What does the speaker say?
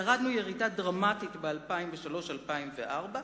ירדנו ירידה דרמטית ב-2003 2004,